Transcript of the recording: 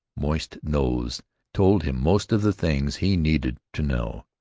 moist nose told him most of the things he needed to know,